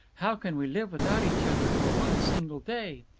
how can we live without each other for one single day!